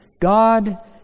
God